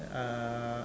uh